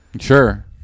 Sure